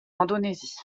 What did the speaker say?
indonésie